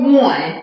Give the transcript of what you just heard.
one